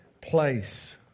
place